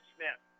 Smith